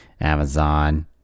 Amazon